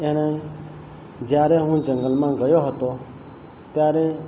એને જ્યારે હું જંગલમાં ગયો હતો ત્યારે